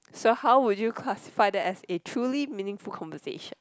so how would you classify that as a truly meaningful conversation